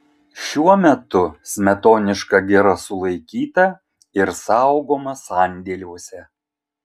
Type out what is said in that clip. šiuo metu smetoniška gira sulaikyta ir saugoma sandėliuose